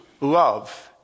love